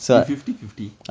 you fifty fifty